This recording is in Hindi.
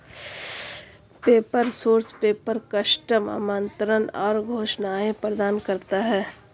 पेपर सोर्स पेपर, कस्टम आमंत्रण और घोषणाएं प्रदान करता है